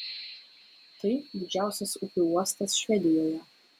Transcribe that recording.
tai didžiausias upių uostas švedijoje